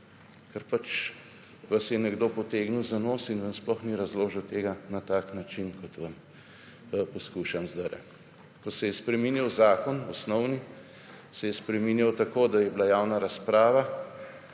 Ker pač vas je nekdo potegnil za nos in vam sploh ni razložil tega na tak način kot vam poskušam zdajle. Ko se je spreminjal osnovni zakon, se je spreminjal tako, da je bila javna razprava.